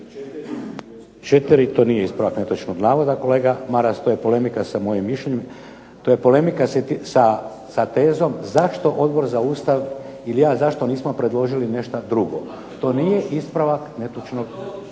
204., to nije ispravak netočnog navoda kolega Maras, to je polemika sa mojim mišljenjem, to je polemika sa tezom zašto Odbor za Ustav ili ja zašto nismo predložili nešto drugo. To nije ispravak netočnog navoda,